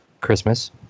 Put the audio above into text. Christmas